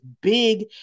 big